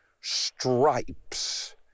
stripes